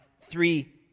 three